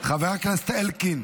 חבר הכנסת אלקין,